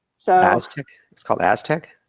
so. aztec? it's called aztec?